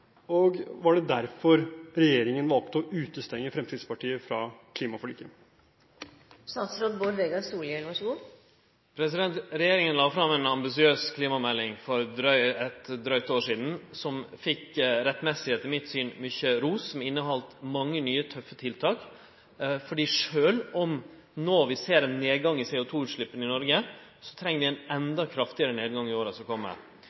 Og: Var det derfor regjeringen valgte å utestenge Fremskrittspartiet fra klimaforlikene? Regjeringa la fram ei ambisiøs klimamelding for eit drygt år sidan, som etter mitt syn rettmessig fekk mykje ros. Ho inneheldt mange nye tøffe tiltak. Sjølv om vi no ser ein nedgang i CO2-utsleppa i Noreg, treng vi ein endå kraftigare nedgang i åra som